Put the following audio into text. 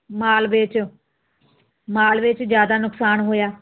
ਮਾਲਵੇ 'ਚ ਮਾਲਵੇ 'ਚ ਜ਼ਿਆਦਾ ਨੁਕਸਾਨ ਹੋਇਆ